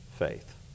faith